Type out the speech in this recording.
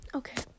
okay